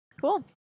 Cool